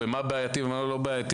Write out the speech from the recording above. ומה בעייתי ומה לא בעייתי.